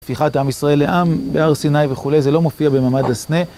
הפיכת עם ישראל לעם, בהר סיני וכולי, זה לא מופיע בממד הסנה.